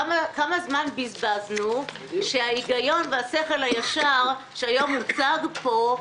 כמה זמן בזבזנו כשההיגיון והשכל הישר שהיום הוצגו פה,